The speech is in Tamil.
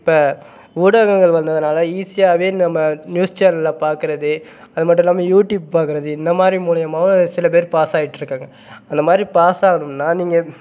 இப்போ ஊடகங்கள் வந்ததுனால் ஈஸியாகவே நம்ம நியூஸ் சேனலை பார்க்கறது அது மட்டும் இல்லாமல் யூடியூப் பார்க்கறது இந்த மாதிரி மூலிமாவும் சில பேர் பாஸாகிட்ருக்காங்க அந்த மாதிரி பாஸாகணுனால் நீங்கள்